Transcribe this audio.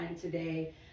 today